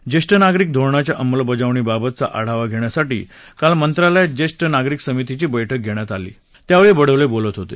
ज्येष्ठ नागरिक धोरणाच्या अंमलबजावणीच्याबाबतचा आढावा घेण्यासाठी काल मंत्रालयात ज्येष्ठ नागरिक समितीची बैठक घेण्यात आली त्यावेळी बडोले बोलत होते